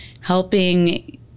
helping